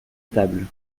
table